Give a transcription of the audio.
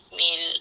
meal